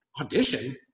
audition